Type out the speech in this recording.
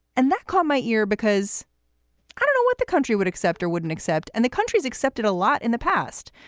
and that caught my ear because of and what the country would accept or wouldn't accept, and the countries accepted a lot in the past.